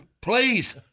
Please